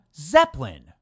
Zeppelin